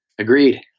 Agreed